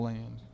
Land